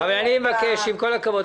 ואני לוקח את בית שאן ועוד איזו רשות,